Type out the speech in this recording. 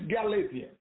Galatians